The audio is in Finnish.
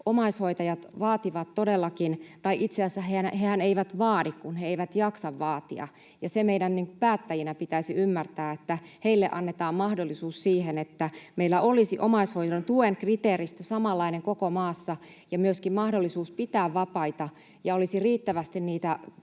Omaishoitajat vaativat todellakin... Tai itse asiassa hehän eivät vaadi, kun he eivät jaksa vaatia, ja se meidän päättäjinä pitäisi ymmärtää, että heille annetaan mahdollisuus siihen, että meillä olisi omaishoidon tuen kriteeristö samanlainen koko maassa ja myöskin mahdollisuus pitää vapaita ja olisi riittävästi niitä